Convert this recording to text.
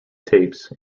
tapes